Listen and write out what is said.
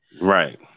Right